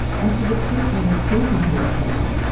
and for the treatment of children who were choking,